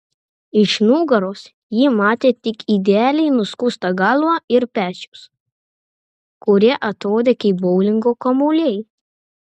iš nugaros ji matė tik idealiai nuskustą galvą ir pečius kurie atrodė kaip boulingo kamuoliai